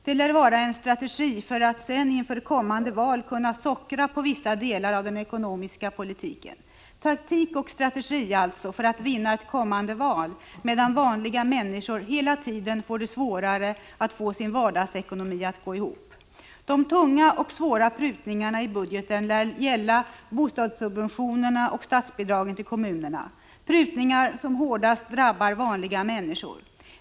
Det lär vara en strategi för att sedan inför kommande val kunna sockra på vissa delar av den ekonomiska politiken — dvs. taktik och strategi för att vinna ett kommande val, medan vanliga människor hela tiden får det svårare att få sin vardagsekonomi att gå ihop. De tunga och svåra prutningarna i budgeten lär gälla bostadssubventionerna och statsbidragen till kommunerna. Det är prutningar som hårdast drabbar vanliga människor.